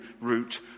route